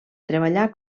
treballar